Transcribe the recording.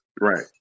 Right